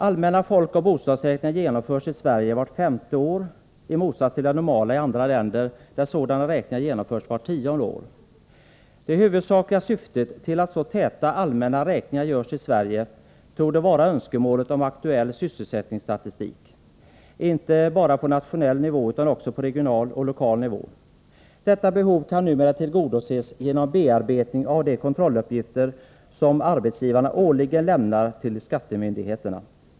Allmänna folkoch bostadsräkningar genomförs i Sverige vart femte år till skillnad från vad som är normalt i andra länder, där sådana räkningar genomförs vart tionde år. Det huvudsakliga syftet med så täta allmänna räkningar i Sverige torde vara önskemålet om en aktuell sysselsättningsstatistik, inte bara på nationell nivå utan också på regional och lokal nivå. Detta behov kan numera tillgodoses genom bearbetning av de kontrolluppgifter som arbetsgivarna årligen lämnar till skattemyndigheterna.